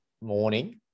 morning